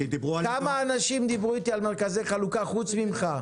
כמה אנשים דיברו איתי על מרכזי חלוקה פרט לך,